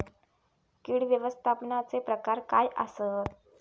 कीड व्यवस्थापनाचे प्रकार काय आसत?